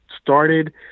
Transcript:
started